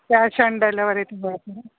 cash on delivery